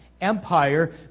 empire